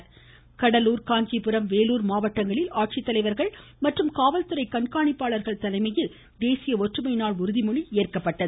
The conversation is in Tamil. உறுதிமொழி கடலூர் காஞ்சிபுரம் வேலூர் மாவட்டங்களில் ஆட்சித்தலைவர்கள் மற்றும் காவல்துறை கண்காணிப்பாளர்கள் தலைமையில் தேசிய ஒற்றுமை நாள் உறுதிமொழி ஏற்கப்பட்டது